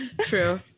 true